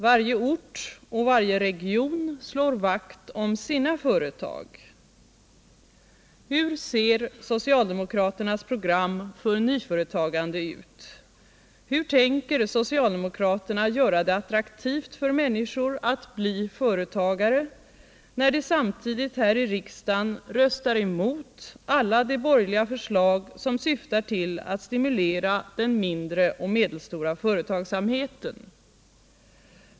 Varje ort och varje region slår vakt om sina företag. Hur ser socialdemokraternas program för nyföretagande ut? Hur tänker socialdemokraterna göra det attraktivt för människor att bli företagare, när de samtidigt här i riksdagen röstar emot alla de borgerliga förslag som syftar till att stimulera den mindre och medelstora företagsamheten?